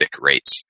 rates